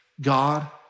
God